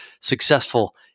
successful